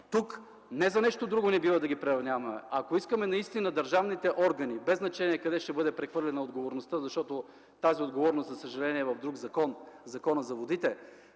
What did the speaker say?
Не за нещо друго не бива да ги приравняваме, а ако искаме наистина държавните органи, без значение къде ще бъде прехвърлена отговорността, защото тази отговорност, за съжаление, е в друг закон – в Закона за водите,